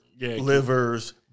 Livers